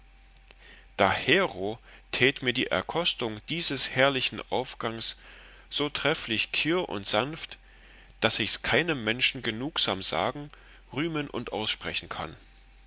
dahero tät mir die erkostung dieses herrlichen anfangs so trefflich kirr und sanft daß ichs keinem menschen genugsam sagen rühmen und aussprechen kann